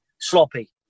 sloppy